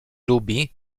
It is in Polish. lubi